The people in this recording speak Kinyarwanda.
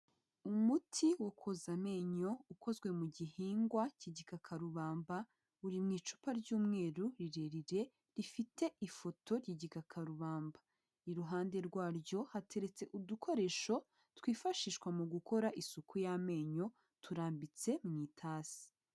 Umuti wo koza amenyo ukozwe mu gihingwa kigikakarubamba, uri mu icupa ry'umweru rirerire rifite ifoto ry'igikakarubamba iruhande rwaryo hateretse udukoresho twifashishwa mu gukora isuku y'amenyo turambitse mu itasi.